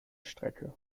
strecke